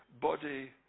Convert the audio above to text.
body